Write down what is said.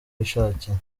yishakiye